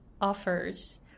offers